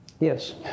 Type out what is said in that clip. Yes